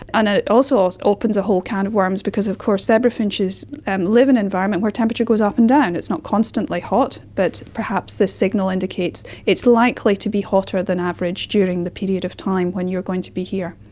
and and it also also opens a whole can of worms because of course zebra finches and live in an environment where temperature goes up and down. it's not constantly hot, but perhaps this signal indicates it's likely to be hotter than average during the period of time when you're going to be here.